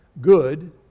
good